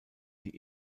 die